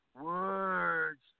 words